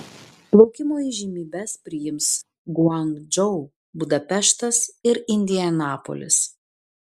plaukimo įžymybes priims guangdžou budapeštas ir indianapolis